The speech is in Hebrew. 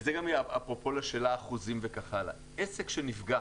אפרופו לשאלת האחוזים, וכן הלאה, עסק שנפגע